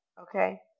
okay